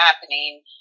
happening